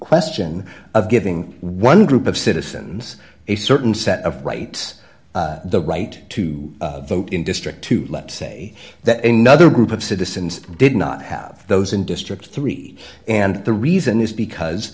question of giving one group of citizens a certain set of rights the right to vote in district two let's say that another group of citizens did not have those in district three and the reason is because